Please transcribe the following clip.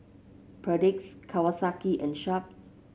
Perdix Kawasaki and Sharp